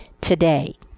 today